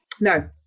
No